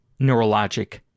neurologic